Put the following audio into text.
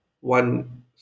one